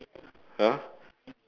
!huh!